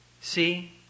See